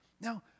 Now